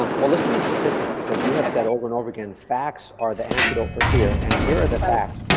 um well, let's do the statistics, because you have said over and over again, facts are the antidote for fear, and here are the facts,